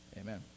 amen